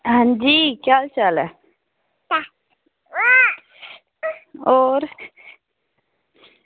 आं जी केह् हाल चाल ऐ होर